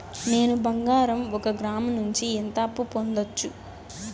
నేను బంగారం ఒక గ్రాము నుంచి ఎంత అప్పు పొందొచ్చు